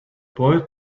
boy